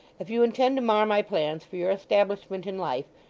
if you intend to mar my plans for your establishment in life,